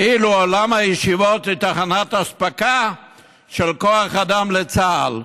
כאילו עולם הישיבות זה תחנת אספקה של כוח אדם לצה"ל.